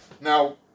Now